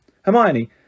Hermione